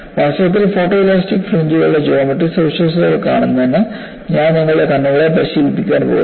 വാസ്തവത്തിൽ ഫോട്ടോഇലാസ്റ്റിക് ഫ്രിഞ്ച്കളുടെ ജോമട്രി സവിശേഷതകൾ കാണുന്നതിന് ഞാൻ നിങ്ങളുടെ കണ്ണുകളെ പരിശീലിപ്പിക്കാൻ പോകുന്നു